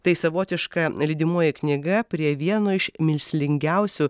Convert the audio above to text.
tai savotiška lydimoji knyga prie vieno iš mįslingiausių